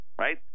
Right